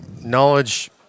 knowledge